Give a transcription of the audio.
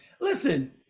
listen